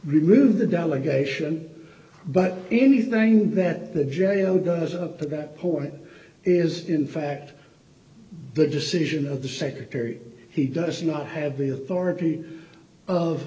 remove the delegation but anything that the jail goes up at that point is in fact the decision of the secretary he does not have the authority of